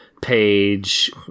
Page